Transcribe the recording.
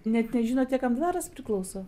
net nežinote kam dvaras priklauso